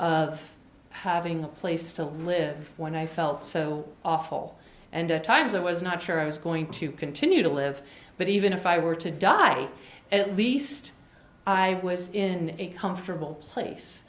of having a place to live when i felt so awful and at times i was not sure i was going to continue to live but even if i were to die at least i was in a comfortable place